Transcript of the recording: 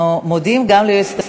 אנחנו מודים גם ליועצת המשפטית.